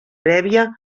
prèvia